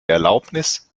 erlaubnis